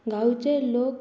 गांवचे लोक